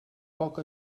poca